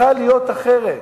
יכול היה להיות אחרת.